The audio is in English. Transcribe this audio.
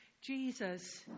Jesus